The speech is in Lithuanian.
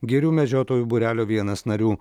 girių medžiotojų būrelio vienas narių